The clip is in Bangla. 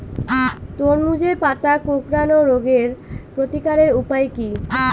তরমুজের পাতা কোঁকড়ানো রোগের প্রতিকারের উপায় কী?